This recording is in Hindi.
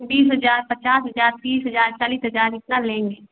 बीस हजार पचास हजार तीस हजार चालीस हजार इतना लेंगे